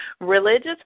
Religious